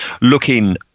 looking